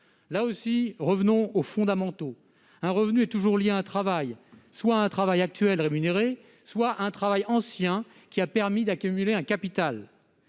Là encore, revenons aux fondamentaux. Un revenu est toujours lié à un travail, soit un travail actuel rémunéré, soit un travail ancien qui a permis d'accumuler un capital.